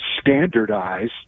standardize